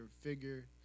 figure